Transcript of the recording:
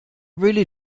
really